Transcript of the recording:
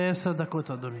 עשר דקות, אדוני.